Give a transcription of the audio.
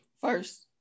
First